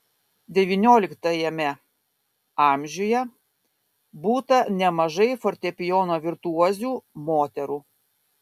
devynioliktajame amžiuje būta nemažai fortepijono virtuozių moterų